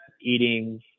eating